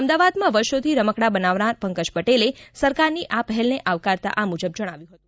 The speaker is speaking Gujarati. અમદાવાદમાં વર્ષોથી રમકડાં બનાવનાર પંકજ પટેલે સરકારની આ પહેલને આવકરતા આ મુજબ જણાવ્યું હતું